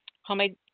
homemade